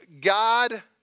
God